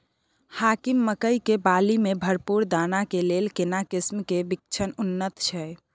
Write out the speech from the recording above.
हाकीम मकई के बाली में भरपूर दाना के लेल केना किस्म के बिछन उन्नत छैय?